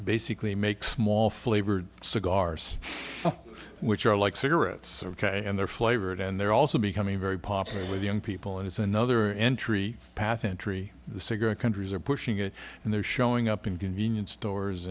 basically make small flavored cigars which are like cigarettes and they're flavored and they're also becoming very popular with young people and it's another entry path entry the cigarette countries are pushing it and they're showing up in convenience stores